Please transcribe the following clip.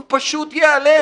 הוא פשוט ייעלם.